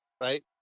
right